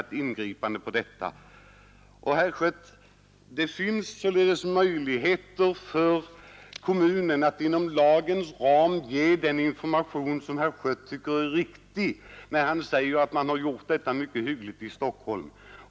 Det finns, herr Schött, möjligheter för kommunen att inom lagens ram ge den information som herr Schött tycker är riktig — han säger ju att man har gjort detta mycket hyggligt i Stockholm.